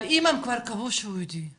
אבל אם כבר קבעו שהוא יהודי,